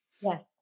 Yes